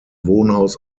wohnhaus